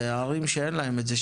וערים שאין להן את זה,